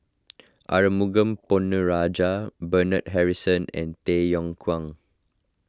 Arumugam Ponnu Rajah Bernard Harrison and Tay Yong Kwang